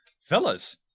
Fellas